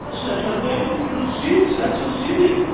اَچھا اَچھا رُقیہ جی تُہۍ چھِو حظ ٹھیٖک صحت چھُ حظ ٹھیٖکٕے